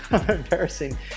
embarrassing